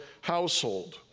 household